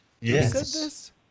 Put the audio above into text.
Yes